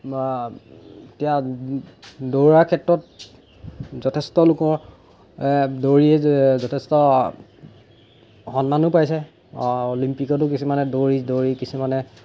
বা এতিয়া দৌৰাৰ ক্ষেত্ৰত যথেষ্টলোকৰ দৌৰিয়ে যথেষ্ট সন্মানো পাইছে অলিম্পিকতো কিছুমানে দৌৰি দৌৰি কিছুমানে